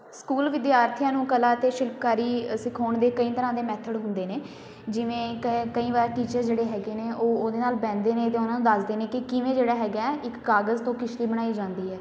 school ਵਿਦਿਆਰਥੀਆਂ ਨੂੰ ਕਲਾ ਅਤੇ ਸ਼ਿਲਪਕਾਰੀ ਅ ਸਿਖਾਉਣ ਦੇ ਕਈ ਤਰ੍ਹਾਂ ਦੇ ਮੈਥਡ ਹੁੰਦੇ ਨੇ ਜਿਵੇਂ ਕ ਕਈ ਵਾਰ ਟੀਚਰ ਜਿਹੜੇ ਹੈਗੇ ਨੇ ਉਹ ਉਹਦੇ ਨਾਲ ਬਹਿੰਦੇ ਨੇ ਅਤੇ ਉਹਨਾਂ ਨੂੰ ਦੱਸਦੇ ਨੇ ਕਿ ਕਿਵੇਂ ਜਿਹੜਾ ਹੈਗਾ ਇੱਕ ਕਾਗਜ਼ ਤੋਂ ਕਿਸ਼ਤੀ ਬਣਾਈ ਜਾਂਦੀ ਹੈ